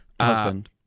Husband